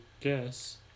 guess